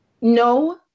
No